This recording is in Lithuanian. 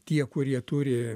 tie kurie turi